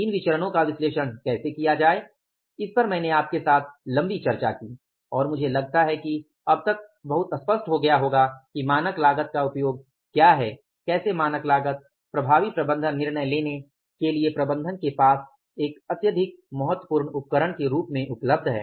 इन विचरणो का विश्लेषण कैसे किया जाए इस पर मैंने आपके साथ लम्बी चर्चा की और मुझे लगता है कि अब तक आपको बहुत स्पष्ट हो गया होगा कि मानक लागत का उपयोग क्या है और कैसे मानक लागत प्रभावी प्रबंधन निर्णय लेने के लिए प्रबंधन के पास एक अत्यधिक महत्वपूर्ण उपकरण के रूप में उपलब्ध है